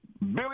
Billy